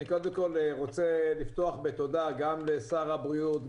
אני קודם כל רוצה לפתוח בתודה גם לשר הבריאות,